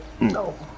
no